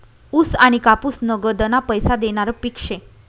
ऊस आनी कापूस नगदना पैसा देनारं पिक शे